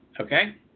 okay